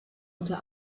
unter